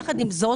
אני רוצה